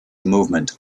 movement